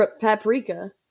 paprika